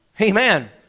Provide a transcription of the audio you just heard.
Amen